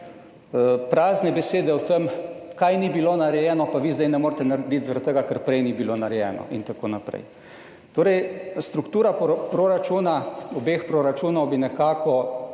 prazne besede o tem, česa ni bilo narejenega pa vi zdaj ne morete narediti, zaradi tega ker prej ni bilo narejeno in tako naprej. Torej, struktura proračuna, obeh proračunov bi se nekako,